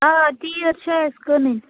آ تیٖرۍ چھِ اَسہِ کٕنٕنۍ